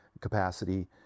capacity